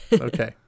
Okay